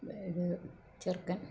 ഇത് ചെറുക്കൻ